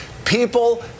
People